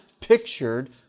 pictured